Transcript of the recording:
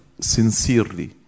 sincerely